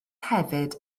hefyd